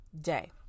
day